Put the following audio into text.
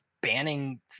banning